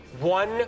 One